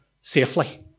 safely